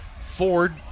Ford